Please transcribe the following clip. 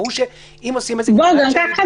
ברור שאם עושים את זה --- גם כך צריך